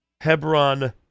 Hebron